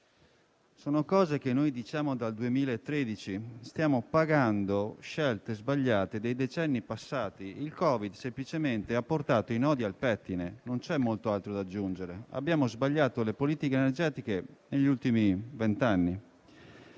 di cose che diciamo dal 2013. Stiamo infatti pagando le scelte sbagliate dei decenni passati e il Covid ha semplicemente portato i nodi al pettine. Non c'è molto altro da aggiungere: abbiamo sbagliato le politiche energetiche negli ultimi vent'anni.